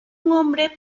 nombre